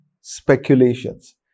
speculations